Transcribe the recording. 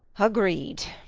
agreed.